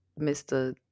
Mr